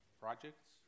projects